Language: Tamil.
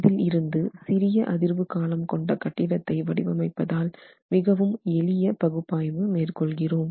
இதில் இருந்து சிறிய அதிர்வு காலம் கொண்ட கட்டிடத்தை வடிவமைப்பதால் மிகவும் எளிய பகுப்பாய்வு மேற்கொள்கிறோம்